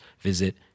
visit